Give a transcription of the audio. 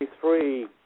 three